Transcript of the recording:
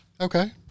Okay